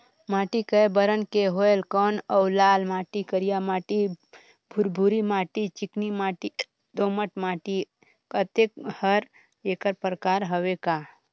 माटी कये बरन के होयल कौन अउ लाल माटी, करिया माटी, भुरभुरी माटी, चिकनी माटी, दोमट माटी, अतेक हर एकर प्रकार हवे का?